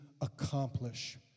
accomplish